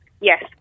Yes